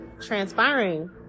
transpiring